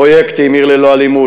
פרויקט "עיר ללא אלימות",